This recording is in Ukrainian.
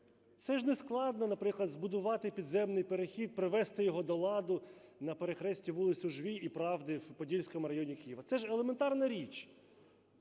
це ж не складно, наприклад, збудувати підземний перехід, привести його до ладу на перехресті вулиць Ужвій і Правди в Подільському районі Києва. Це ж елементарна річ.